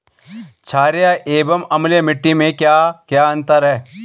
छारीय एवं अम्लीय मिट्टी में क्या क्या अंतर हैं?